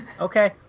Okay